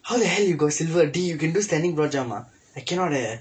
how the hell you got silver dey you can do standing broad jump ah I cannot eh